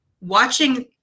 watching